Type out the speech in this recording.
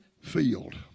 field